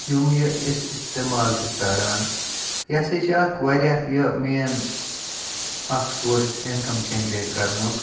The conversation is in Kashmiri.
یِم یہِ أسۍ اِستعمال چھِ کَران یہِ ہَسا چھِ اَکھ واریاہ یہِ مین اَکھ سورٕس اِنکَم جَنریٹ کَرنُک